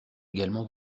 également